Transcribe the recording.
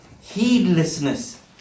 heedlessness